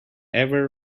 ever